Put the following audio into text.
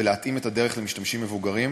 ולהתאים את הדרך למשתמשים מבוגרים.